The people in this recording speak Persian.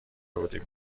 بودیم